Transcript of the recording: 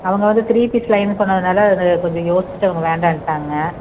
அவங்க வந்து three piece லயனு சொன்னதுனால் அது கொஞ்சம் யோசிச்சுட்டு அவங்க வேண்டாணுட்டாங்க